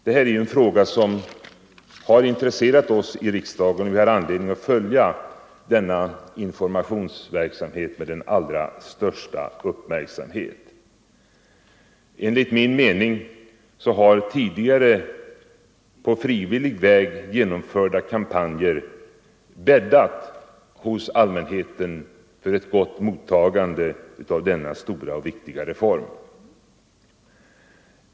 Det här är en fråga som har intresserat oss i riksdagen, och vi har anledning att följa denna informationsverksamhet med den allra största uppmärksamhet. Enligt min mening har tidigare på frivillig väg genomförda kampanjer bäddat hos allmänheten för ett gott mottagande av denna stora och viktiga reform.